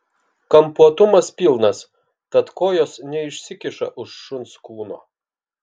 kampuotumas pilnas tad kojos neišsikiša už šuns kūno